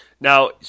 Now